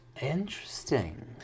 Interesting